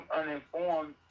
uninformed